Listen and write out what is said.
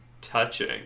touching